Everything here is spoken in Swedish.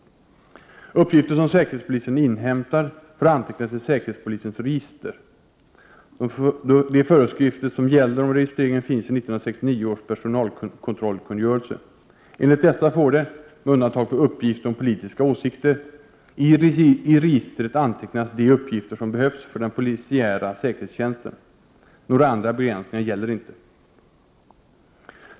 Uppgifter som säkerhetspolisen inhämtar får antecknas i säkerhetspolisens register. De föreskrifter som gäller om registreringen finns i 1969 års personalkontrollkungörelse. Enligt dessa får det —- med undantag för uppgifter om politiska åsikter — i registret antecknas de uppgifter som behövs för den polisiära säkerhetstjänsten. Några andra begränsningar gäller inte.